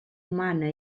mana